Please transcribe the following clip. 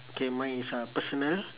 okay mine is uh personal